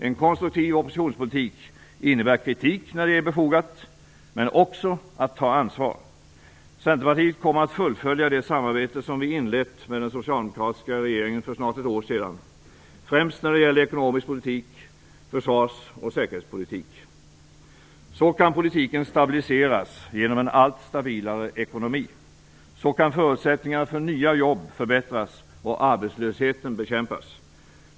En konstruktiv oppositionspolitik innebär kritik när det är befogat, men också att ta ansvar. Centerpartiet kommer att fullfölja det samarbete som vi inlett med den socialdemokratiska regeringen för snart ett år sedan, främst när det gäller ekonomisk politik, försvars och säkerhetspolitik. Så kan politiken stabiliseras genom en allt stabilare ekonomi. Så kan förutsättningarna för nya jobb förbättras och arbetslösheten bekämpas.